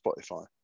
Spotify